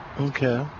Okay